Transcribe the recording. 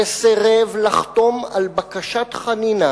שסירב לחתום על בקשת חנינה,